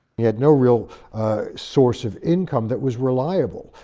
he had no real source of income that was reliable,